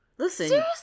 Listen